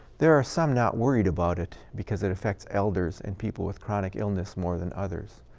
there are some not worried about it, because it affects elders and people with chronic illness more than others.